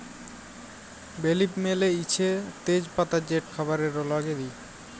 বে লিফ মালে হছে তেজ পাতা যেট খাবারে রাল্লাল্লে দিই